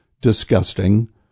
disgusting